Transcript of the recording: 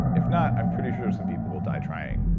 if not, i'm pretty sure some people will die trying.